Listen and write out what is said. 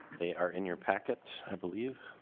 they are in your packet i believe.